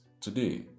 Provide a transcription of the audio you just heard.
today